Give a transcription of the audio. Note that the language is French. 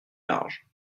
larges